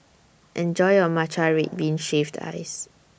Enjoy your Matcha Red Bean Shaved Ice